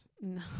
no